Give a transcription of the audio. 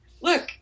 look